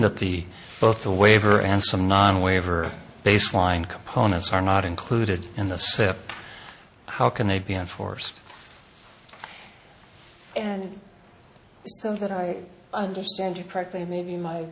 that the both a waiver and some non waiver baseline components are not included in the set how can they be enforced and so that i understand you perfectly maybe my